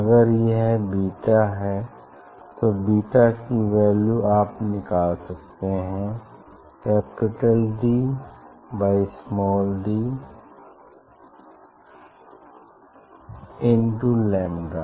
अगर यह बीटा है तो बीटा की वैल्यू आप निकाल सकते हैं capital D by small D into lambda